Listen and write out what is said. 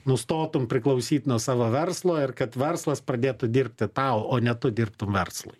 nustotum priklausyt nuo savo verslo ir kad verslas pradėtų dirbti tau o ne tu dirbtum verslui